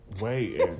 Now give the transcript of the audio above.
Wait